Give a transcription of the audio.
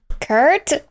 kurt